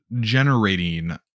generating